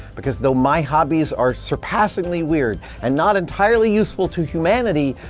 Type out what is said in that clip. because though my hobbies are surpassingly weird, and not entirely useful to humanity,